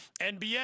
NBA